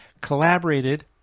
collaborated